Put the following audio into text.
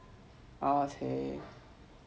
in real life ah here